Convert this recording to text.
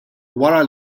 wara